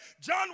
John